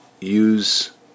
use